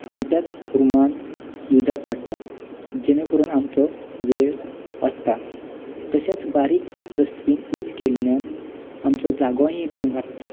थंय त्याच रुमांत युजाक पडटा जेणें करुन आमचो वेळ वाचता तशेंच बारीक डस्टबीन यूज केल्ल्यान आमचो जागोय बी वाचता